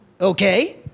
okay